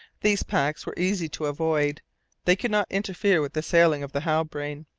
these packs were easy to avoid they could not interfere with the sailing of the halbrane.